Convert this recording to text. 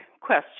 question